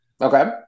Okay